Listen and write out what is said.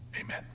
Amen